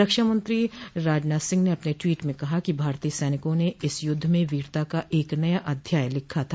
रक्षामंत्री राजनाथ सिंह ने अपने ट्वीट में कहा है कि भारतीय सैनिकों ने इस युद्ध में वीरता का एक नया अध्याय लिखा था